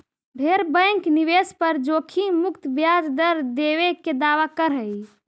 ढेर बैंक निवेश पर जोखिम मुक्त ब्याज दर देबे के दावा कर हई